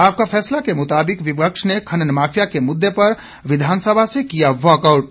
आपका फैसला के मुताबिक विपक्ष ने खनन माफिया के मुद्दे पर विधानसभा से किया वाकआउट